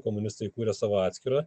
komunistai kūrė savo atskirą